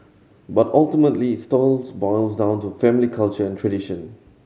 but ultimately it boils down to family culture and tradition